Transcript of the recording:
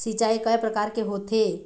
सिचाई कय प्रकार के होये?